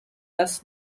das